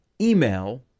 email